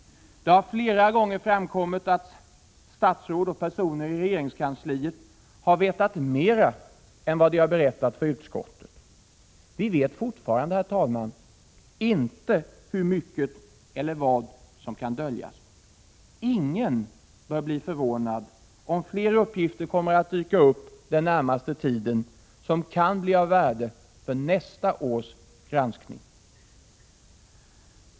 Det har flera gånger framkommit att statsråd och personer i regeringskansliet har vetat mera än de har berättat för utskottet. Vi vet fortfarande, herr talman, inte hur mycket eller vad som kan döljas. Ingen bör bli förvånad om fler uppgifter kommer att dyka upp den närmaste tiden som kan bli av värde för nästa års granskning.